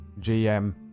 GM